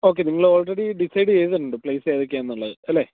okay നിങ്ങള് already decide ചെയ്തിട്ടുണ്ട് places ഏതൊക്കെയാണെന്നുള്ളത് അല്ലേ